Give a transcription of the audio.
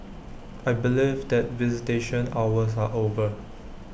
I believe that visitation hours are over